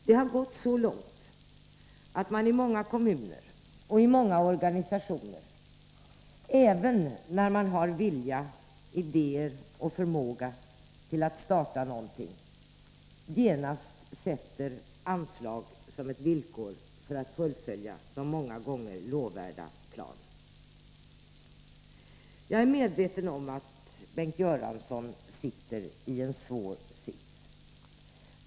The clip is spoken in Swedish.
Det har gått så långt att man i många kommuner och i många 18 november 1983 organisationer — även när man har vilja, idéer och förmåga till att starta någonting — genast sätter anslag som ett villkor för att fullfölja de många Om kulturpolitiken gånger lovvärda planerna. iekonomiska åtz Jag är medveten om att Bengt Göransson har en svår sits.